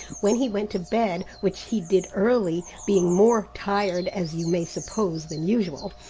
when he went to bed, which he did early, being more tired, as you may suppose, than usual,